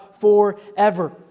forever